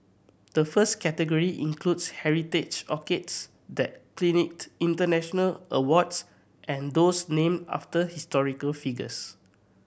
the first category includes heritage orchids that clinched international awards and those named after historical figures